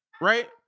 Right